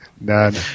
None